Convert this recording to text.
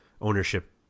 ownership